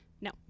no